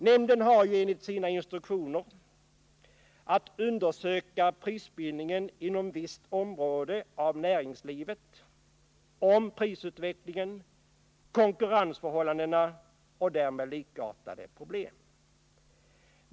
Nämnden har enligt sina instruktioner att undersöka prisbildningen inom visst område av näringslivet, prisutvecklingen, konkurrensförhållandena och likartade problem.